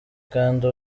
kandi